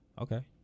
okay